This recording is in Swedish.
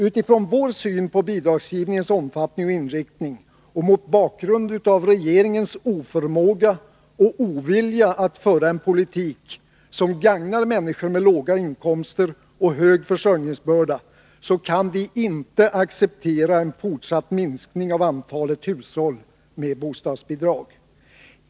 Utifrån vår syn på bidragsgivningens omfattning och inriktning och mot bakgrund av regeringens oförmåga och ovilja att föra en politik, som gagnar människor med låga inkomster och tung försörjningsbörda, kan vi inte acceptera en fortsatt minskning av antalet hushåll med bostadsbidrag.